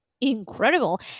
incredible